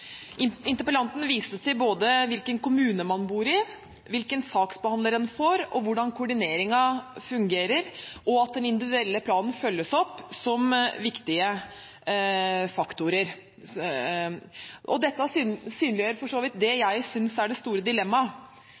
Interpellanten viste til at det er avgjørende hvilken kommune man bor i, hvilken saksbehandler man får og hvordan koordineringen fungerer, og om den individuelle planen følges opp som viktige faktorer. Dette synliggjør for så vidt det jeg synes er det store dilemmaet